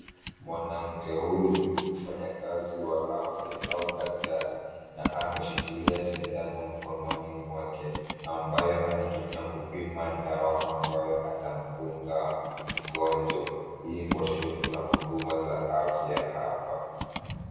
Mwanamke huyu ni mfanyakazi wa afya au daktari na ameshikilia sindano mkononi mwake, ambayo anatumia kupima dawa ambayo atamdunga mgonjwa. Hii ni kuashiria kuna huduma za afya hapa.